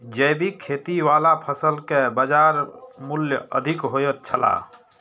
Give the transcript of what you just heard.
जैविक खेती वाला फसल के बाजार मूल्य अधिक होयत छला